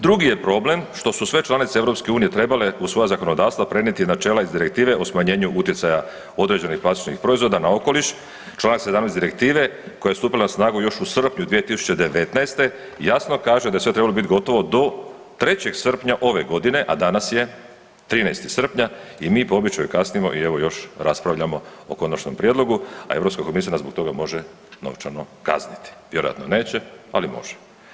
Drugi je problem što su sve članice EU trebale u svoja zakonodavstva prenijeti načela iz Direktive o smanjenju utjecaja određenih plastičnih proizvoda na okoliš, čl. 17. direktive koja je stupila na snagu još u srpnju 2019., jasno kaže da je sve trebalo bit gotovo do 3. srpnja ove godine, a danas je 13. srpnja i mi po običaju kasnimo i evo još raspravljamo o konačnom prijedlogu, a Europska komisija nas zbog toga može novčano kazniti, vjerojatno neće, ali može.